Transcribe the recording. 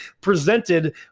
presented